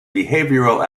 behavioral